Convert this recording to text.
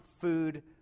food